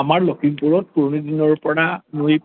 আমাৰ লখিমপুৰত পুৰণি দিনৰ পৰা নৈ